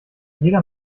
jeder